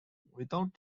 without